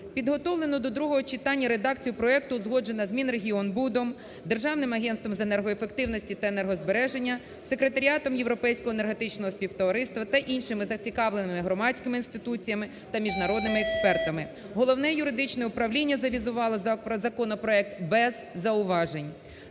Підготовлену до другого читання редакцію проекту узгоджено з Мінрегіонбудом, Державним агентством з енергоефективності та енергозбереження, Секретаріатом Європейського Енергетичного співтовариства та іншими зацікавленими громадськими інституціями та міжнародними експертами. Головне юридичне управління завізувало законопроект без зауважень.